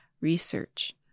research